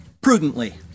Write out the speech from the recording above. prudently